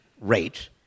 rate